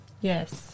Yes